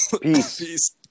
Peace